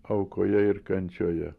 aukoje ir kančioje